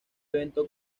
evento